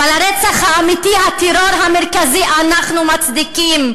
אבל הרצח האמיתי, הטרור המרכזי, אנחנו מצדיקים.